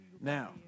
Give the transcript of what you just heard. Now